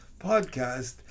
podcast